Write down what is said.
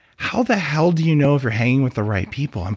how the hell do you know if you're hanging with the right people?